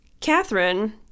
Catherine